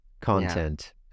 content